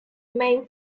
main